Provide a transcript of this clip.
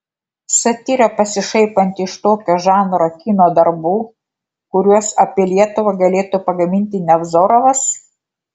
satyra pasišaipanti iš tokio žanro kino darbų kuriuos apie lietuvą galėtų pagaminti nevzorovas